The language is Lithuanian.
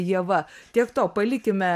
ieva tiek to palikime